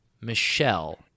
Michelle